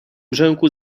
brzęku